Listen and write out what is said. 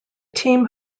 team